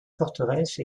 forteresses